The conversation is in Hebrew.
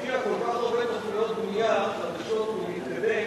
ותרתיע כל כך הרבה תוכניות בנייה חדשות מלהתקדם.